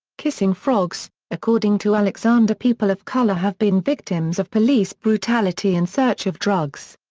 kissing frogs according to alexander people of color have been victims of police brutality in search of drugs.